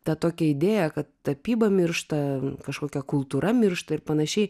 tą tokią idėją kad tapyba miršta kažkokia kultūra miršta ir panašiai